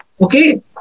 Okay